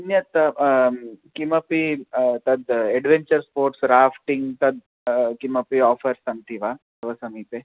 अन्यत् किमपि तद् एड्वेञ्चर् स्पोर्ट्स् रा फ़्टिङ्ग् तद् किमपि आ फ़र्स् सन्ति वा तव समीपे